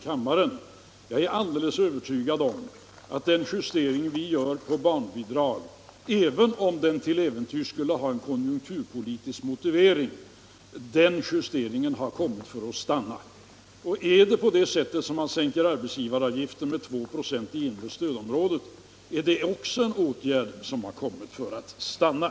Jag är alldeles övertygad om att den justering som görs av barnbidragen, även om den till äventyrs skulle ha en konjunkturpolitisk motivering, har kommit för att stanna. Sänker man arbetsgivaravgiften med 2 96 i det inre stödområdet, är också det en åtgärd som har kommit för att stanna.